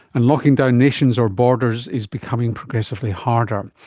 and locking down nations or borders is becoming progressively harder.